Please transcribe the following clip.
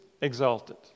exalted